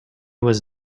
was